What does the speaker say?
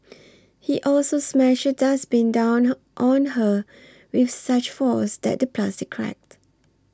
he also smashed dustbin down on her with such force that the plastic cracked